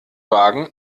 wagen